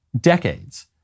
decades